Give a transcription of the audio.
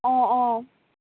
অঁ অঁ